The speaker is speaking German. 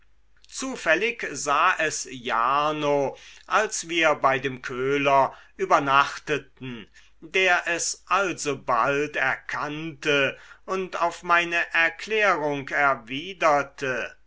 zufällig sah es jarno als wir bei dem köhler übernachteten der es alsobald erkannte und auf meine erklärung erwiderte